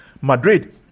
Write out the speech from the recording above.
Madrid